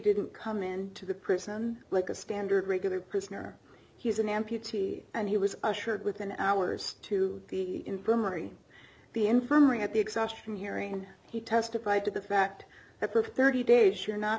didn't come into the prison like a standard regular prisoner he's an amputee and he was ushered within hours to the infirmary the infirmary at the exhaustion hearing he testified to the fact that thirty days you're not